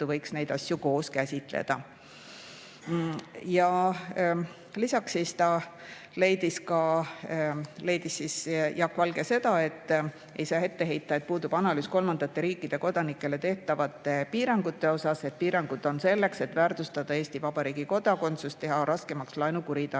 võiks siiski koos käsitleda. Ja lisaks leidis Jaak Valge seda, et ei saa ette heita, et puudub analüüs kolmandate riikide kodanikele tehtavate piirangute kohta. Piirangud on selleks, et väärtustada Eesti Vabariigi kodakondsust, teha raskemaks laenu kuritarvitamine.